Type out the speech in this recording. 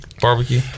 barbecue